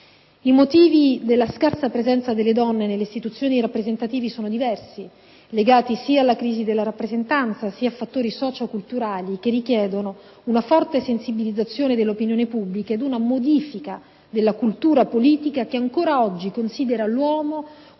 I motivi della scarsa presenza delle donne nelle istituzioni rappresentative sono diversi, legati sia alla crisi della rappresentanza, sia a fattori socio-culturali, che richiedono una forte sensibilizzazione dell'opinione pubblica ed una modifica della cultura politica, che ancora oggi considera l'uomo